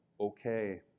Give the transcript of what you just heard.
okay